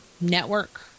Network